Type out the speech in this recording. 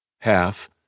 half